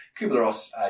Kubler-Ross